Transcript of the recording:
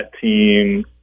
team